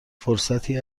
فرصتی